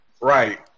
Right